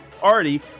Party